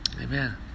Amen